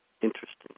Interesting